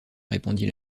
répondit